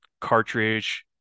cartridge